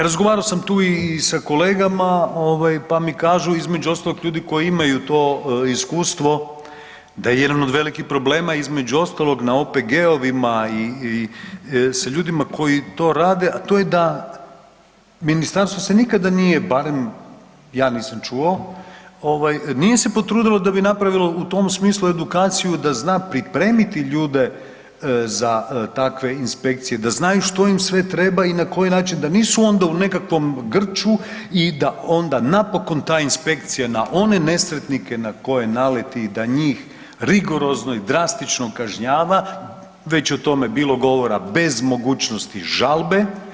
Razgovarao sam tu i sa kolegama ovaj pa mi kažu između ostalog ljudi koji imaju to iskustvo da je jedan od velikih problema između ostalog na OPG-ovim i sa ljudima koji to rade, a to je da ministarstvo se nikada nije, barem ja nisam čuo ovaj nije se potrudilo da bi napravilo u tom smislu edukaciju da zna pripremiti ljude za takve inspekcije, da znaju što im sve treba i na koji način, da nisu onda u nekakvom grču i da onda napokon ta inspekcija na one nesretnike na koje naleti i da njih rigorozno i drastično kažnjava, već je o tome bilo govora, bez mogućnosti žalbe.